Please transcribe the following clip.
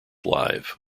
live